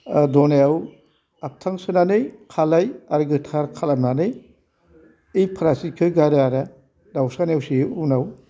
दनायाव आबथां सोनानै खालाय आरो गोथार खालामनानै ओइ फ्रासितखौ गारो आरो दाउसा नेवसियो उनाव